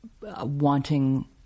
wanting